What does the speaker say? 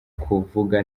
kuvuga